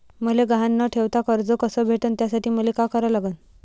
मले गहान न ठेवता कर्ज कस भेटन त्यासाठी मले का करा लागन?